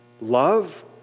love